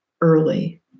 early